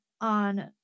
on